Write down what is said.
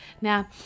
now